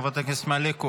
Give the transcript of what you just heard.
חבר הכנסת מעוז,